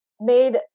made